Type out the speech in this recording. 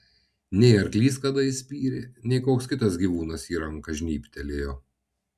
nei arklys kada įspyrė nei koks kitas gyvūnas į ranką žnybtelėjo